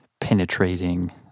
penetrating